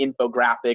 infographic